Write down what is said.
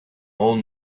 old